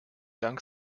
dank